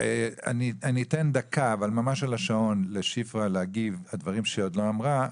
אני אתן דקה לשפרה להגיב על הדברים שהיא עוד לא אמרה.